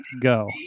go